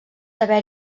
haver